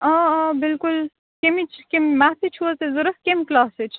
آ آ بلکل کمِچ کِم میتھٕچ چھوحظ تۄہہِ ضرورت کمہِ کلاسٕچ